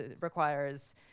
requires